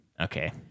Okay